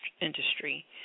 industry